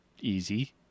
easy